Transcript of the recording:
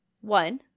one